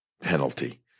penalty